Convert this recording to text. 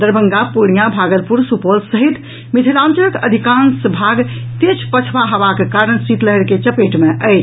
दरभंगा पूर्णिया भागलपुर सुपौल सहित मिथिलांचलक अधिकांश भाग तेज पछुआ हवाक कारण शीतलहरि के चपेट मे अछि